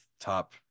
top